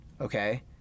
okay